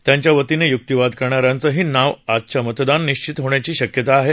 त्यांच्या वतीनं युक्तीवाद करणा यांची नावंही आजच्या मतदानात निश्वित होण्याची शक्यता आहे